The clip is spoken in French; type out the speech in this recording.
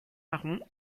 marron